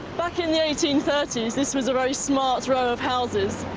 back in the eighteen thirty s, this was a very smart row of houses.